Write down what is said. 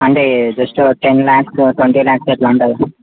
అంటే just ten lakhs twenty lakhs అట్లుంటది